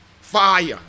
fire